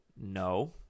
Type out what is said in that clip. no